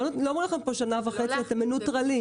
לא אומרים לכם פה ששנה וחצי אתם מנוטרלים.